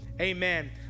amen